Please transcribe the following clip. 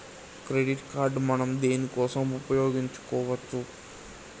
Credit card మనం దేనికోసం ఉపయోగించుకోవచ్చు?